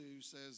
says